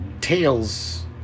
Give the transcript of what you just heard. Tales